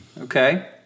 Okay